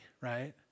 right